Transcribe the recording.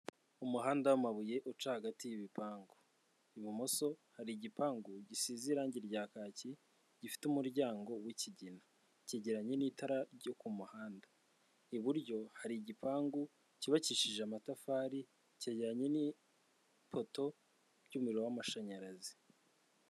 Umuhanda w'amabuye uca hagati y'ibipangu, ibumoso hari igipangu gisize irange rya kaki gifite umuryango w'ikigina cyegeranye n'itara ryo ku muhanda, iburyo hari igipangu cyubakishije amatafari, cyegeranye n'ipoto ry'umuriro w'amashanyarazi.